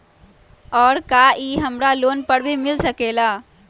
और का इ हमरा लोन पर भी मिल सकेला?